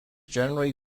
generally